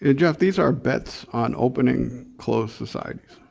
ah jeff these are bets on opening closed societies